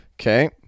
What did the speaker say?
Okay